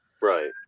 right